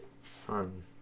Fun